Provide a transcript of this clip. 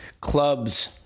clubs